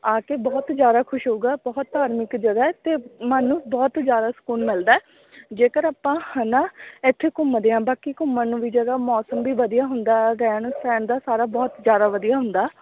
ਆ ਕੇ ਬਹੁਤ ਜ਼ਿਆਦਾ ਖੁਸ਼ ਹੋਵੇਗਾ ਬਹੁਤ ਧਾਰਮਿਕ ਜਗ੍ਹਾ ਅਤੇ ਮਨ ਨੂੰ ਬਹੁਤ ਜ਼ਿਆਦਾ ਸਕੂਨ ਮਿਲਦਾ ਜੇਕਰ ਆਪਾਂ ਹੈ ਨਾ ਇਥੇ ਘੁੰਮਦੇ ਆ ਬਾਕੀ ਘੁੰਮਣ ਨੂੰ ਵੀ ਜਗ੍ਹਾ ਮੌਸਮ ਵੀ ਵਧੀਆ ਹੁੰਦਾ ਰਹਿਣ ਸਹਿਣ ਦਾ ਸਾਰਾ ਬਹੁਤ ਜ਼ਿਆਦਾ ਵਧੀਆ ਹੁੰਦਾ